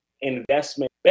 investment